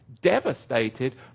devastated